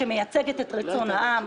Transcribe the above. שמייצגת את רצון העם.